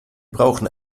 brauchen